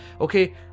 okay